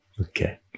Okay